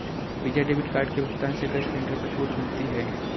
visa debit card के भुगतान से गैस सिलेंडर पर छूट मिलती है